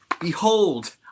behold